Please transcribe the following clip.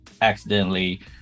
Accidentally